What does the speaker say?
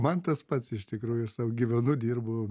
man tas pats iš tikrųjų aš sau gyvenu dirbu